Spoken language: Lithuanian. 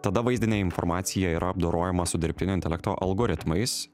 tada vaizdinė informacija yra apdorojama su dirbtinio intelekto algoritmais